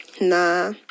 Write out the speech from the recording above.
Nah